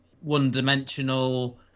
one-dimensional